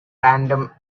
random